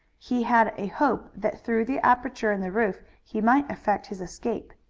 he had a hope that through the aperture in the roof he might effect his escape.